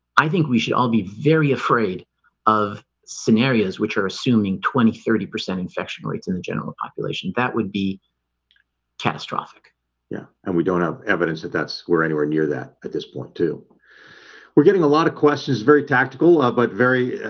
i think we should all be very afraid of scenarios which are assuming twenty thirty infection rates in the general population. that would be catastrophic yeah, and we don't have evidence that that's where anywhere near that at this point, too we're getting a lot of questions very tactical but very ah,